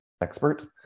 expert